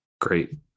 Great